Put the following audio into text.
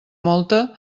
molta